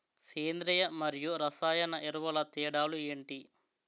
సేంద్రీయ మరియు రసాయన ఎరువుల తేడా లు ఏంటి?